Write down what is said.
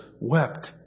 wept